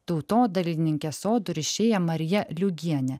tautodailininkės sodų rišėja marija liugienė